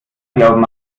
glauben